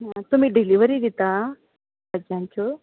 तुमी डिलिवरी दिता भाजयांचो